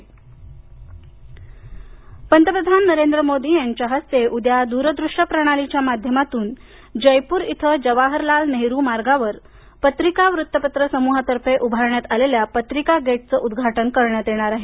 पंतप्रधान पंतप्रधान नरेंद्र मोदी यांच्या हस्ते उद्या दूरदृश्य प्रणालीच्या माध्यमातून जयपूर इथं जवाहरलाल नेहरू मार्गावर पत्रिका वृत्तपत्र समूहातर्फे उभारण्यात आलेल्या पत्रिका गेटचे उदघाटन करण्यात येणार आहे